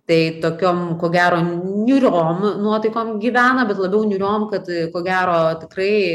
tai tokiom ko gero niūriom nuotaikom gyvena bet labiau niūriom kad ko gero tikrai